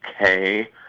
Okay